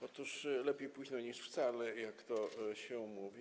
Otóż lepiej późno niż wcale, jak to się mówi.